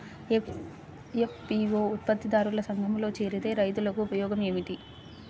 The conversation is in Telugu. ఎఫ్.పీ.ఓ ఉత్పత్తి దారుల సంఘములో చేరితే రైతులకు ఉపయోగము ఏమిటి?